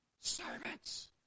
Servants